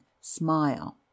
smile